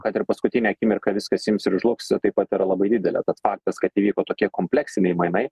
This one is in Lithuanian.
kad ir paskutinę akimirką viskas ims ir žlugs taip pat yra labai didelė tad faktas kad įvyko tokie kompleksiniai mainai